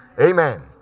Amen